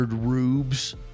rubes